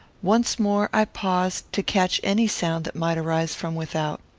once more i paused to catch any sound that might arise from without.